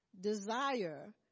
desire